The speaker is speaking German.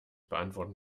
beantworten